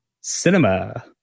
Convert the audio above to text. Cinema